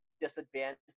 disadvantage